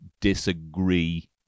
disagree